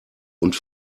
und